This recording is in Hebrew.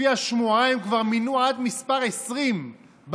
לפי השמועה הם כבר מינו עד מס' 20 ברשימה.